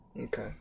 Okay